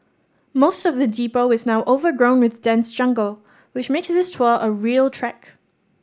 most of the depot is now overgrown with dense jungle which makes this tour a real trek